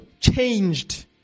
changed